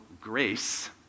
grace